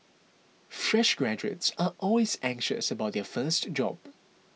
fresh graduates are always anxious about their first job